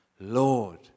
Lord